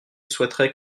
souhaiterait